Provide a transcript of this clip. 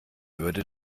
würde